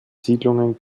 siedlungen